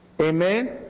Amen